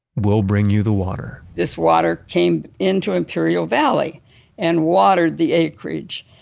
we'll bring you the water this water came into imperial valley and watered the acreage,